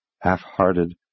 Half-hearted